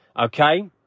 okay